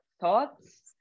thoughts